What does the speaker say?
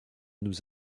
nous